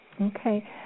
Okay